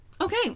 okay